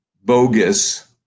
bogus